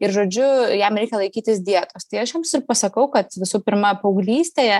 ir žodžiu jam reikia laikytis dietos tai aš joms ir pasakau kad visų pirma paauglystėje